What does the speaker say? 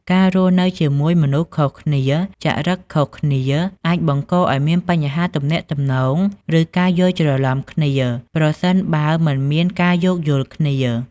ការរស់នៅជាមួយមនុស្សខុសគ្នា ចរិតខុសគ្នា អាចបង្កឱ្យមានបញ្ហាទំនាក់ទំនង ឬការយល់ច្រឡំគ្នា ប្រសិនបើមិនមានការយោគយល់គ្នា ។